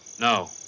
No